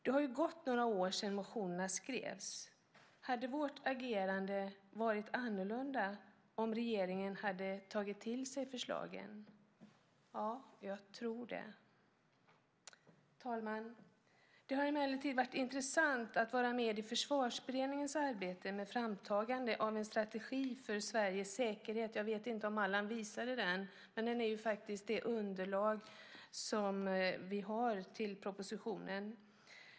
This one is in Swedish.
Det har gått några år sedan motionerna skrevs. Hade vårt agerande varit annorlunda om regeringen hade tagit till sig förslagen? Ja, jag tror det. Fru talman! Det har emellertid varit intressant att vara med i Försvarsberedningens arbete med framtagandet av en strategi för Sveriges säkerhet. Jag vet inte om Allan visade den, men den är det underlag som vi har till propositionen.